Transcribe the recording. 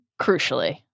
crucially